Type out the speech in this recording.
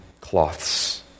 cloths